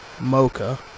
mocha